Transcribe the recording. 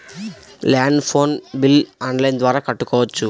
Land phone bill online ద్వారా కట్టుకోవచ్చు?